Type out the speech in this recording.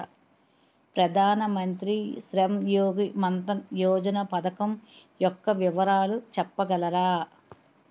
ప్రధాన మంత్రి శ్రమ్ యోగి మన్ధన్ యోజన పథకం యెక్క వివరాలు చెప్పగలరా?